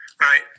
Right